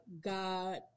god